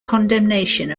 condemnation